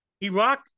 Iraq